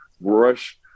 rush